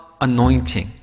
anointing